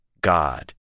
god